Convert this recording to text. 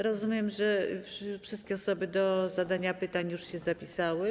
Rozumiem, że wszystkie osoby chętne do zadania pytań już się zapisały.